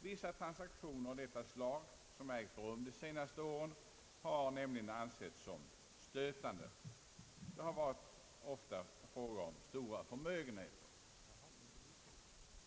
Vissa transaktioner av detta slag som ägt rum under de senaste åren har nämligen ansetts stötande. Det har ofta varit fråga om stora förmögenheter.